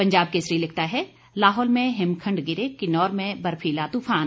पंजाब केसरी लिखता है लाहौल में हिमखंड गिरे किन्नौर में बर्फीला तूफान